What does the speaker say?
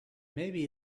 maybe